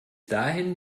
dahin